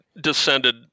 descended